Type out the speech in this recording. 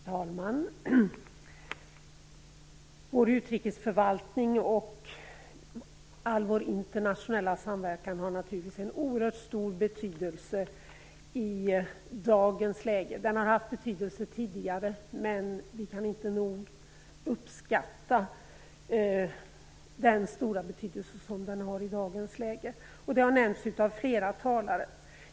Herr talman! Vår utrikesförvaltning och all vår internationella samverkan har naturligtvis en oerhört stor betydelse i dagens läge. Den har haft betydelse tidigare, men vi kan inte nog uppskatta den stora betydelse som den har i dag. Detta har nämnts utav flera talare.